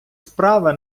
справи